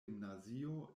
gimnazio